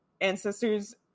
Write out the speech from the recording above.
ancestors